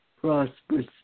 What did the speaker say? prosperous